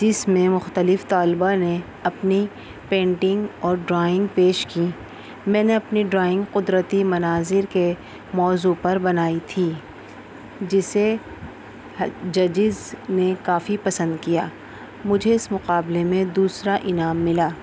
جس میں مختلف طلبا نے اپنی پینٹنگ اور ڈرائنگ پیش کی میں نے اپنی ڈرائنگ قدرتی مناظر کے موضوع پر بنائی تھی جسے ججز نے کافی پسند کیا مجھے اس مقابلے میں دوسرا انعام ملا